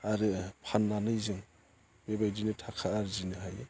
आरो फाननानै जों बेबायदिनो थाखा आरजिनो हायो